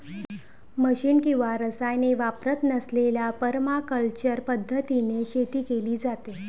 machine किंवा रसायने वापरत नसलेल्या परमाकल्चर पद्धतीने शेती केली जाते